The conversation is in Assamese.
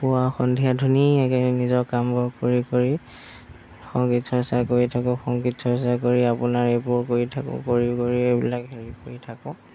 পুৱা সন্ধিয়া ধুনীয়াকৈ নিজৰ কামবোৰ কৰি কৰি সংগীত চৰ্চা কৰি থাকোঁ সংগীত চৰ্চা কৰি আপোনাৰ এইবোৰ কৰি থাকোঁঁ কৰি কৰি এইবিলাক হেৰি কৰি থাকোঁ